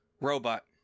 Robot